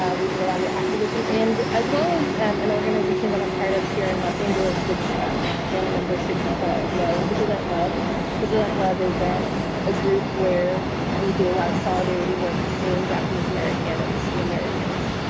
um we did a lot of activism and as well as and and organization that i'm part of here in los angeles which janm members should kno, vigilant love vigilant love is ah a group where we do a lot of solidarity work between japanese american and muslim americans,